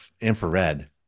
infrared